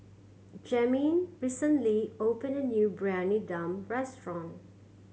Jamin recently opened a new Briyani Dum restaurant